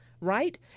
Right